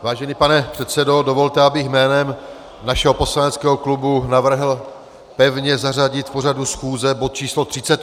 Vážený předsedo, dovolte, abych jménem našeho poslaneckého klubu navrhl pevně zařadit v pořadu schůze bod č. 38.